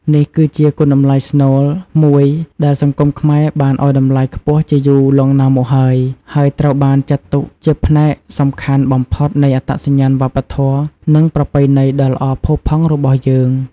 នេះគឺជា គុណតម្លៃស្នូល មួយដែលសង្គមខ្មែរបានឲ្យតម្លៃខ្ពស់ជាយូរលង់ណាស់មកហើយ ហើយត្រូវបានចាត់ទុកជាផ្នែកសំខាន់បំផុតនៃអត្តសញ្ញាណវប្បធម៌ និងប្រពៃណីដ៏ល្អផូរផង់របស់យើង។